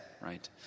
Right